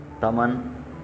Taman